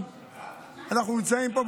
לא הבנתי מה